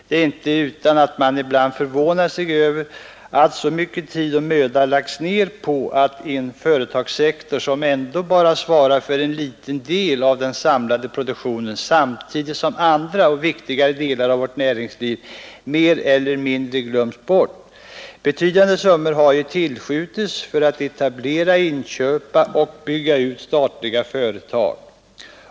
Det är inte utan att man ibland har förvånat sig litet över att så mycken tid och möda lagts ned på en företagssektor som ändå bara svarar för en liten del av den samlade produktionen, samtidigt som andra och viktigare delar av vårt näringsliv mer eller mindre har glömts bort. Betydande summor har tillskjutits för att etablera, inköpa eller bygga ut statliga företag.